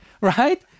Right